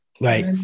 Right